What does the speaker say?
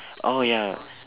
oh ya